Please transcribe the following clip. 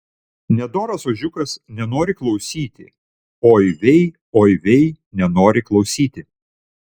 nedoras ožiukas nenori klausyti oi vei oi vei nenori klausyti